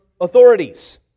authorities